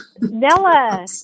Nella